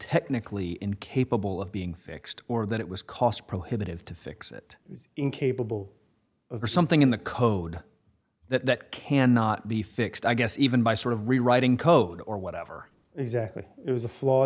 technically incapable of being fixed or that it was cost prohibitive to fix it incapable of something in the code that cannot be fixed i guess even by sort of rewriting code or whatever exactly it was a flaw